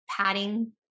padding